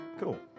cool